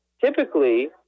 typically